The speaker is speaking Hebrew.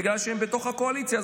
בגלל שהם בתוך הקואליציה,